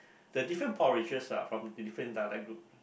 the different porridges ah from the different dialect group